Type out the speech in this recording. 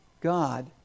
God